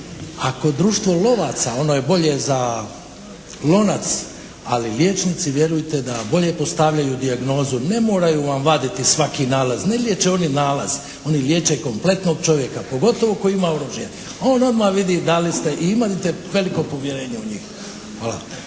Ako društvo lovaca ono je bolje za lonac, ali liječnici vjerujte da bolje postavljaju dijagnozu. Ne moraju vam vaditi svaki nalaz. Ne liječe oni nalaz. Oni liječe kompletnog čovjeka, pogotovo koji ima oružje. On odmah vidi da li ste i imali ste veliko povjerenje u njih.